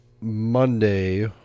Monday